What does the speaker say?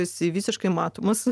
esi visiškai matomas